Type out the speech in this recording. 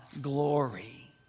glory